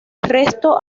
resto